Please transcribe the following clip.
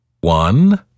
one